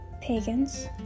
pagans